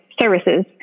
services